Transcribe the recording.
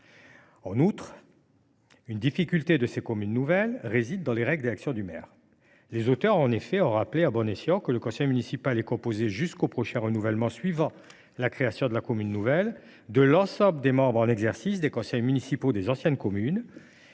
Cependant, une difficulté est apparue avec les règles d’élection du maire. Les auteurs du texte ont rappelé justement que le conseil municipal est composé, jusqu’au prochain renouvellement suivant la création de la commune nouvelle, de l’ensemble des membres en exercice des conseils municipaux des anciennes communes.